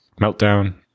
Meltdown